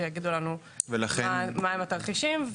שיגידו לנו מה הם התרחישים.